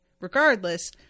regardless